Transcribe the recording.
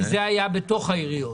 זה היה בתוך העיריות.